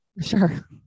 sure